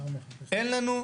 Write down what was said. אין לנו,